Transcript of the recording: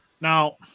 now